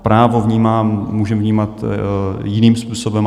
Právo vnímám a můžeme vnímat jiným způsobem.